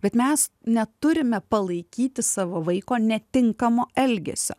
bet mes neturime palaikyti savo vaiko netinkamo elgesio